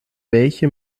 welche